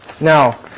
Now